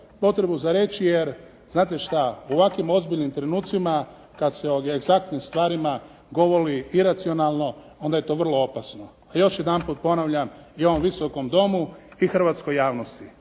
potrebu za reći jer, znate što, u ovakvim ozbiljnim trenucima kad se o egzaktnim stvarima govori iracionalno, onda je to vrlo opasno. A još jedanput ponavljam i ovom Visokom domu i hrvatskoj javnosti.